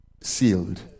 sealed